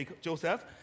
Joseph